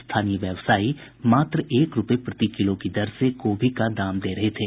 स्थानीय व्यवसायी मात्र एक रूपये प्रति किलो की दर से गोभी का दाम दे रहे थे